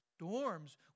storms